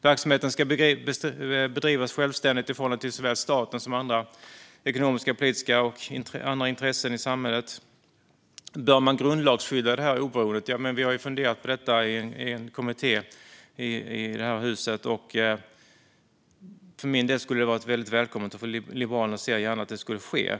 Verksamheten ska bedrivas självständigt i förhållande till såväl staten som andra ekonomiska, politiska och övriga intressen i samhället. Bör man grundlagsskydda det här oberoendet? Ja, vi har ju funderat på detta i en kommitté i det här huset. För min del skulle det vara väldigt välkommet, och Liberalerna ser gärna att det skulle ske.